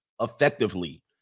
effectively